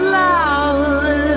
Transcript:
loud